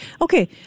Okay